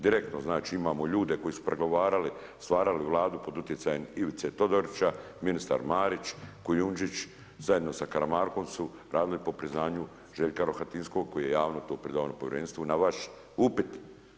Direktno znači imamo ljude koji su pregovarali, stvarali Vladu pod utjecajem Ivice Todorića, ministar Marić, Kujundžić zajedno sa Karamarkom su radili po priznanju Željka Rohatinskog koji je javno to … povjerenstvu na vaš upit.